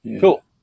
Cool